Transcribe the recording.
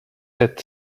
had